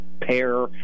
pair